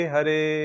Hare